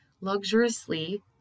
luxuriously